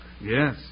Yes